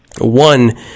One